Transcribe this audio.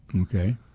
Okay